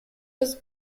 was